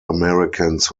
americans